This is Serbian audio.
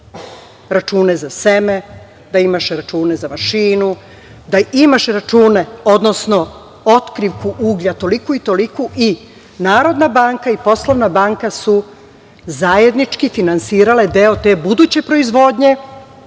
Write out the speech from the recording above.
račune za seme, da imaš račune za mašinu, da imaš račune, odnosno otkrivku uglja toliku i toliku i NBS, i Poslovna banka su zajednički finansirale deo te buduće proizvodnje